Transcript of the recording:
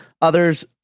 Others